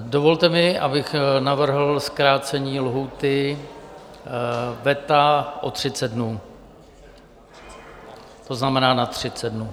Dovolte mi, abych navrhl zkrácení lhůty o 30 dnů, to znamená na 30 dnů.